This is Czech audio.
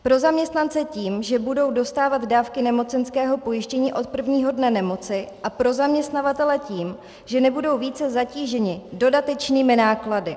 Pro zaměstnance tím, že budou dostávat dávky nemocenského pojištění od prvního dne nemoci, a pro zaměstnavatele tím, že nebudou více zatíženi dodatečnými náklady.